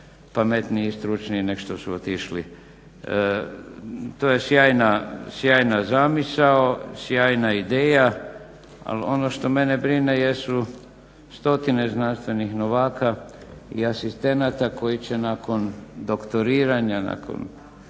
pametniji i stručniji nego što su otišli to je sjajna zamisao, sjajna ideja, ali ono što mene brine jesu stotine znanstvenih novaka i asistenata koji će nakon doktoriranja, nakon